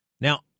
Now